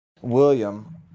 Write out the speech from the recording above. William